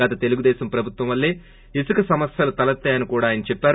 గత తెలుగుదేశం ప్రభుత్వం వల్లనే ఇసుక ఇబ్బందులు తలెత్తాయని కూడా అయన చెప్పారు